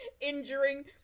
injuring